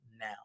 now